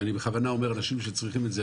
ואני בכוונה אומר אנשים שצריכים את זה,